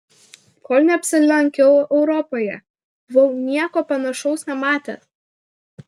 kol neapsilankiau europoje buvau nieko panašaus nematęs